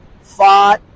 fought